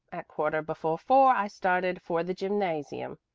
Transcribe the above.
at quarter before four i started for the gymnasium.